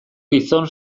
gizon